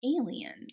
alien